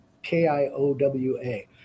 k-i-o-w-a